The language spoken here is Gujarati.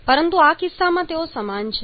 પરંતુ આ કિસ્સામાં તેઓ સમાન છે